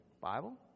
Bible